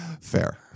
Fair